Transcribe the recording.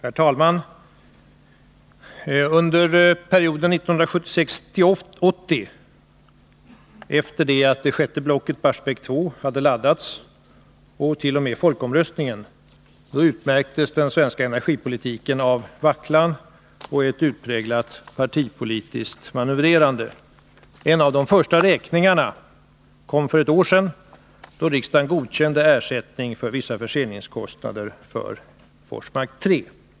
Herr talman! Under perioden 1976-1980 — efter det att det sjätte blocket Barsebäck 2 hade laddats och t.o.m. folkomröstningen — utmärktes den svenska energipolitiken av vacklan och ett utpräglat partipolitiskt manövrerande. En av de första räkningarna kom för ett år sedan, då riksdagen godkände ersättning för vissa förseningskostnader för Forsmark 3.